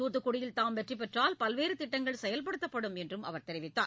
தூத்துக்குடியில் தாம் வெற்றி பெற்றால் பல்வேறு திட்டங்கள் செயல்படுத்தப்படும் என்றும் தெரிவித்தார்